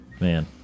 Man